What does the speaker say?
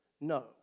No